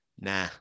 Nah